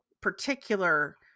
particular